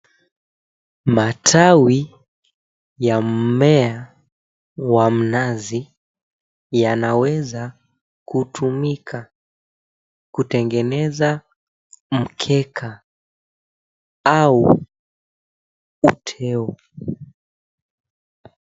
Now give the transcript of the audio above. Matawi ya mmea wa mnazi yanaweza kutumika kutengeneza mkeka au uteo.